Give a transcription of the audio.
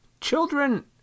children